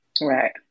Right